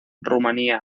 rumania